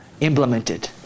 implemented